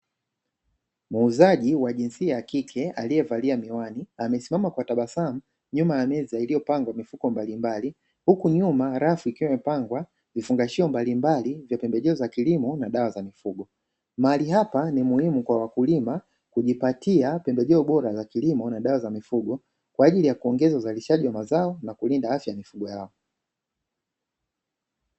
Muuzaji wa jinsiaya kike aliyevalia miwani, amesimama kwa tabasamu nyuma ya meza iliyopangwa mifuko mbalimbali, huku nyuma rafu ikiwa imepangwa vifungashio mbalimbali vya pembejeo za kilimo na dawa za mifugo. Mahali hapa ni muhimu kwa wakulima kujipatia pembejeo bora za kilimo na dawa za mifugo, kwa ajili ya kuongeza uzalishaji wa mazao na kulinda afya ya mifugo yao.